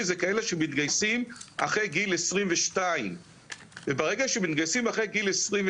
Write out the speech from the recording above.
זה כאלה שמתגייסים אחרי גיל 22. ברגע שהם מתגייסים אחרי גיל 22,